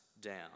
down